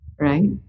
Right